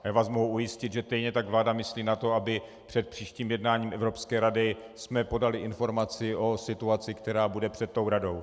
Já vás mohu ujistit, že stejně tak vláda myslí na to, abychom před příštím jednáním Evropské rady podali informaci o situaci, která bude před tou Radou.